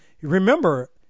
remember